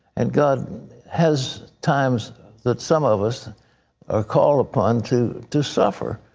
and god has times that some of us are called upon to to suffer.